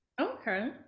okay